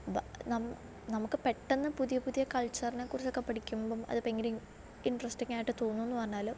നമുക്ക് പെട്ടെന്ന് പുതിയ പുതിയ കൾച്ചറിനെക്കുറിച്ചൊക്കെ പഠിക്കുമ്പം അത് ഭയങ്കര ഇൻട്രെസ്റ്റിംഗായിട്ട് തോന്നുന്നുവെന്ന് പറഞ്ഞാലും